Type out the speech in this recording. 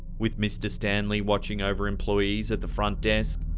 with mr. stanley watching over employees at the front desk,